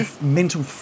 mental